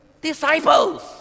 disciples